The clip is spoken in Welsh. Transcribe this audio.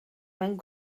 mewn